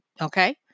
Okay